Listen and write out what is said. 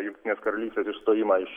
jungtinės karalystės išstojimą iš